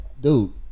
dude